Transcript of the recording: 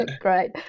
Great